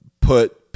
put